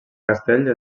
castell